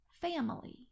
family